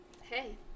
Hey